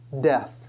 death